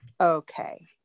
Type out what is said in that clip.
Okay